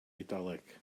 eidaleg